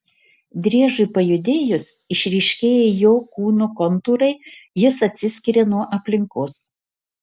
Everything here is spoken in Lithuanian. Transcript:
driežui pajudėjus išryškėja jo kūno kontūrai jis atsiskiria nuo aplinkos